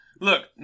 look